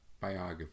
biography